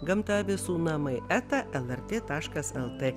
gamta visų namai eta lrt taškas el tė